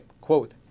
quote